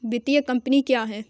वित्तीय कम्पनी क्या है?